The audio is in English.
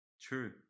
True